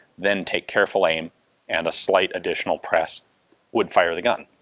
then take careful aim and a slight additional press would fire the gun.